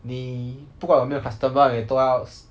你不管有没有 customer 你都要